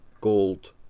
gold